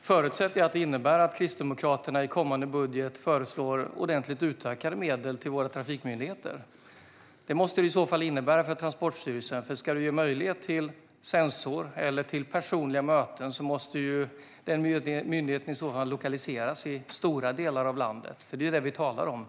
förutsätter jag att det innebär att Kristdemokraterna i kommande budget föreslår ordentligt utökade medel till våra trafikmyndigheter. Det måste det i så fall innebära för Transportstyrelsen, för ska vi ge möjlighet till sensor eller personliga möten måste ju den myndigheten lokaliseras i stora delar av landet. Det är det vi talar om.